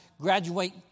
graduate